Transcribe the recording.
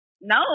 No